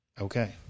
Okay